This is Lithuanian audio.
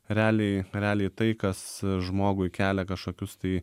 realiai realiai tai kas žmogui kelia kažkokius tai